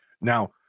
Now